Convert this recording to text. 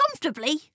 comfortably